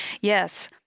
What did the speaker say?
yes